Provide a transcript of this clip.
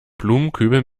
blumenkübel